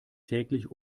täglich